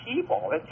people